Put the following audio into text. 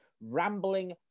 rambling